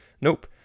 Nope